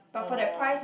orh